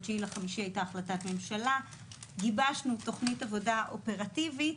ב-9 במאי הייתה החלטת ממשלה וגיבשנו תוכנית עבודה אופרטיבית.